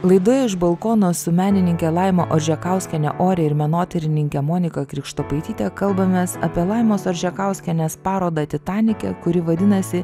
laidoje iš balkono su menininke laima oržekauskienė ore ir menotyrininke monika krikštopaityte kalbamės apie laimos oržekauskienės parodą titanike kuri vadinasi